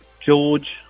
George